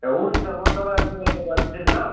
ए हुन्छ म तपाईँलाई गुगल पे गरिदिन्छु नि ल